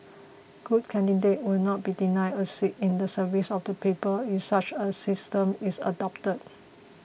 good candidates would not be denied a seat in the service of the people if such a system is adopted